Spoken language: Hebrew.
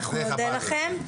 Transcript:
נודה לכם.